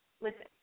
listen